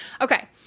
Okay